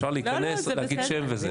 אפשר להיכנס, להגיד שם וזה.